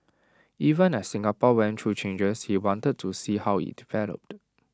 even as Singapore went through changes he wanted to see how IT developed